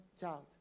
child